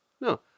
No